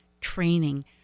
training